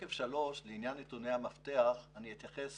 נתוני מפתח: אני אתייחס